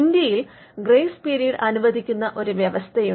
ഇന്ത്യയിൽ grace period അനുവദിക്കുന്ന ഒരു വ്യവസ്ഥയുണ്ട്